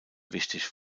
wichtig